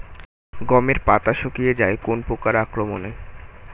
গমের পাতা শুকিয়ে যায় কোন পোকার আক্রমনে?